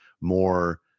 more